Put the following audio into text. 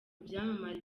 byamamare